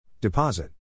Deposit